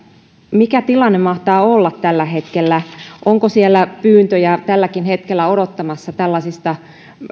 mikä tilanne mahtaa olla tällä hetkellä onko siellä pyyntöjä tälläkin hetkellä odottamassa tällaisista